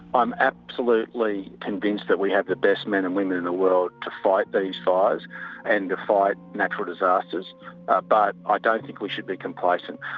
i'm absolutely convinced that we have the best men and women in the world to fight these fires and to fight natural disasters ah but i ah don't think we should be complacent.